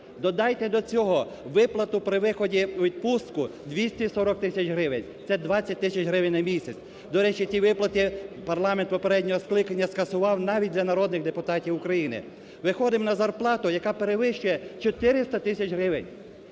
Додайте до цього виплату при виходу відпустку 240 тисяч гривень, це 20 тисяч гривень на місяць. До речі, ті виплати парламент попереднього скликання скасував навіть для народних депутатів України. Виходимо на зарплату, яка перевищує 400 тисяч гривень.